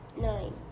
Nine